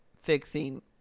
fixing